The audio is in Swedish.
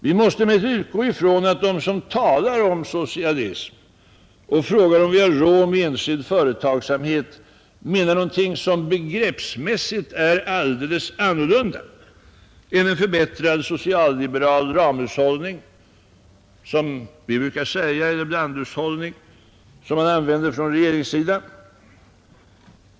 Vi måste emellertid utgå från att de som talar om socialism och frågar om vi har råd med enskild företagsamhet menar någonting som begreppsmässigt är helt annorlunda än en förbättrad social-liberal ramhushållning, som vi brukar säga, eller blandhushållning, som regeringen brukar säga.